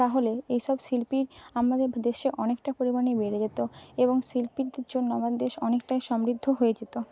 তাহলে এইসব শিল্পী আমাদের দেশে অনেকটা পরিমাণে বেড়ে যেত এবং শিল্পীদের জন্য আমার দেশ অনেকটাই সমৃদ্ধ হয়ে যেত